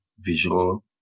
visual